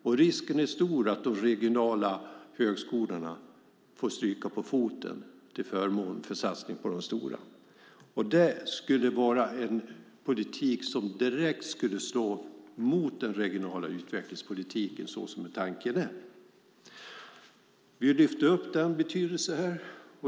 Risken är stor att de regionala högskolorna får stryka på foten till förmån för satsningar på de stora. Det skulle vara en politik som direkt skulle slå mot den regionala utvecklingspolitiken så som tanken är. Vi vill lyfta fram den betydelsen här.